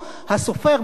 הסופר,